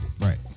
right